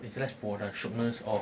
for the shiok-ness of